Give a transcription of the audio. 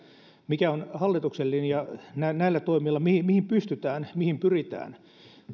mikä on hallituksen linja mihin mihin pystytään mihin pyritään näillä toimilla